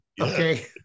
Okay